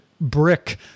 brick